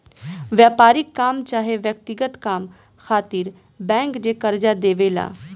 व्यापारिक काम चाहे व्यक्तिगत काम खातिर बैंक जे कर्जा देवे ला